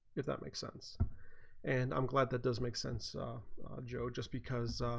is that make sense and i'm glad that does make sense joe just because